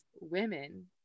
women